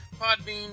Podbean